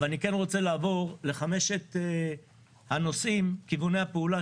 אבל אני כן רוצה לעבור לחמשת כיווני הפעולה